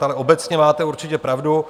Ale obecně máte určitě pravdu.